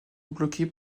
bloquée